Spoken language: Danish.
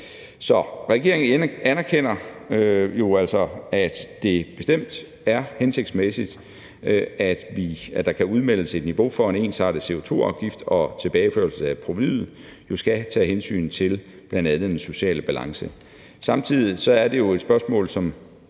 Så regeringen anerkender jo altså, at det bestemt er hensigtsmæssigt, at der kan udmeldes et niveau for en ensartet CO2-afgift, og at tilbageførsel af provenuet skal tage hensyn til bl.a. den sociale balance. Samtidig er det jo et spørgsmål, som